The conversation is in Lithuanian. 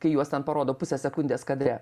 kai juos ten parodo pusę sekundės kadre